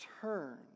Turn